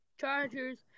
Chargers